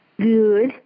Good